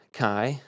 kai